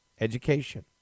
education